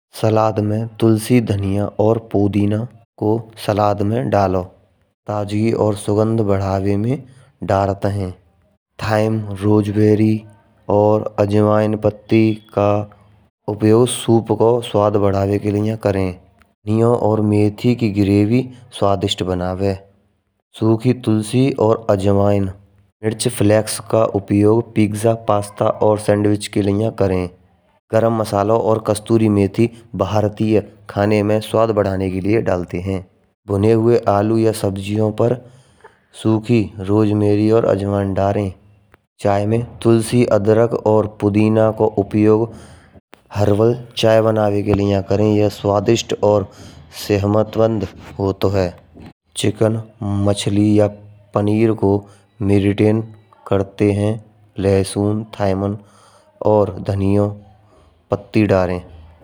सलाद में तुलसी, धनिया और पुदीना को सलाद में डालो ताज़गी और सुगंध बढ़ाने में डालता है। थाइम, रोज़मेरी और अजवाइन पत्ती का उपयोग सूप को स्वाद बढ़ाने के लिए करे। जीरा और मेथी के ग्रेवी स्वादिष्ट बनावे। सूखी तुलसी और अजवाइन मिर्च फ्लेक्स का उपयोग, पिज़्ज़ा, पास्ता और सैंडविच के लिए करें। गरम मसाला और कसूरी मेथी भारतीय खाने में स्वाद बढ़ाने के लिए डालते हैं। भुने हुए आलू या सब्जियों पर सूखी रोज़मेरी या अजवाइन डालें। चाय में तुलसी, अदरक और पुदीना का उपयोग हर्बल चाय बनाने के लिए करें। यह स्वादिष्ट और सेहतमंद होता है। चिकन, पनीर और मछली का मरीनेटिंग करते हैं। लहसुन, थाइम और धनिया साथ ही डालें।